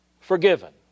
forgiven